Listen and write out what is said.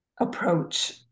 approach